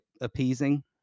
appeasing